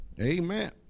Amen